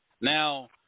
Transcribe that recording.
Now